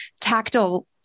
tactile